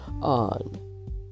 on